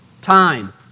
Time